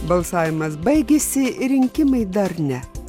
balsavimas baigėsi rinkimai dar ne